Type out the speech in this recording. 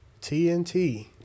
TNT